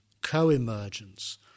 co-emergence